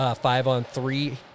five-on-three